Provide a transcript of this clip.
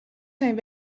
zijn